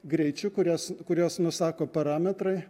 greičiu kurias kuriuos nusako parametrai